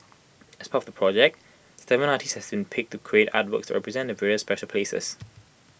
as part of the project Seven artists have been picked to create artworks that represent the various special places